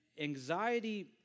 anxiety